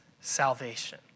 salvation